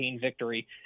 victory